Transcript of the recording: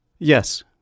Yes